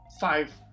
five